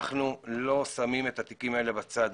אנחנו לא שמים את התיקים האלה בצד.